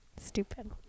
stupid